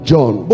John